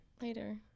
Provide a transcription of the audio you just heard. later